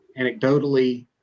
anecdotally